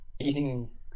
eating